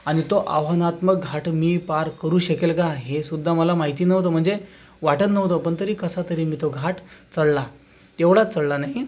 आणि तो आव्हानात्मक घाट मी पार करू शकेल का हे सुद्धा मला माहिती नव्हतं म्हणजे वाटत नव्हतं पण तरी कसा तरी मी तो घाट चढला तेवढ्यात चढला नाही